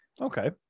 Okay